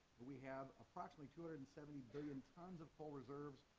we have approximately two hundred and seventy billion tons of coal reserves,